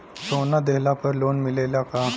सोना दिहला पर लोन मिलेला का?